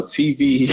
TV